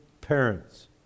parents